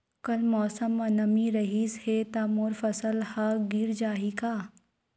कल मौसम म नमी रहिस हे त मोर फसल ह गिर जाही का?